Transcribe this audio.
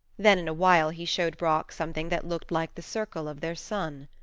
then in a while he showed brock something that looked like the circle of their sun.